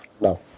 no